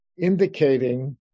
Indicating